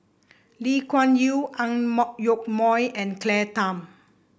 Lee Kuan Yew Ang Yoke Mooi and Claire Tham